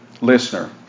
listener